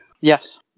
Yes